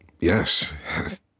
Yes